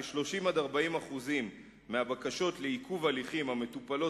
30% 40% מהבקשות לעיכוב הליכים המטופלות